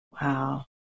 Wow